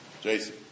Jason